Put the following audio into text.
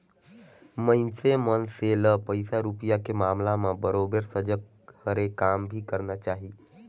मइनसे मन से ल पइसा रूपिया के मामला में बरोबर सजग हरे काम भी करना चाही